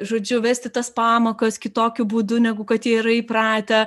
žodžiu vesti tas pamokas kitokiu būdu negu kad jie yra įpratę